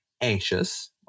anxious